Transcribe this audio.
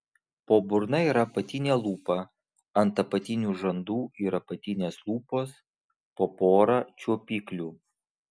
po burna yra apatinė lūpa ant apatinių žandų ir apatinės lūpos po porą čiuopiklių